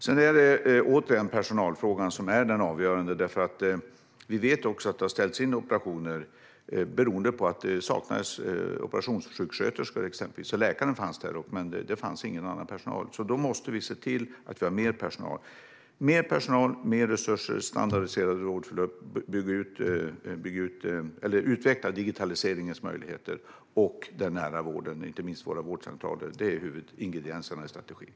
Det är återigen personalfrågan som är den avgörande. Vi vet att operationer har ställts in beroende på att det saknades exempelvis operationssjuksköterskor. Läkaren fanns där, men det fanns ingen annan personal. Vi måste se till att det blir mer personal. Mer personal, mer resurser, standardiserade vårdförlopp och att utveckla digitaliseringen och den nära vården, inte minst våra vårdcentraler, är huvudingredienserna i strategin.